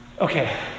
Okay